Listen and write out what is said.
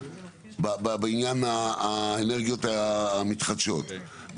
בעניין האנרגיות המתחדשות.